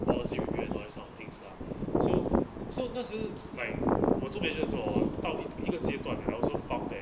policy regret those kinds of things lah so 那时 like 我做 major 时候 ah 到一一个阶段 I also found that